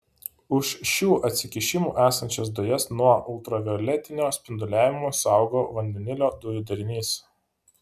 už šių atsikišimų esančias dujas nuo ultravioletinio spinduliavimo saugo vandenilio dujų darinys